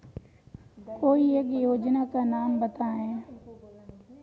कोई एक योजना का नाम बताएँ?